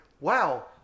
wow